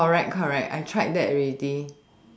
correct correct I tried that already